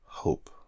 hope